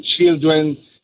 children